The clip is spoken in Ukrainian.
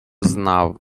знав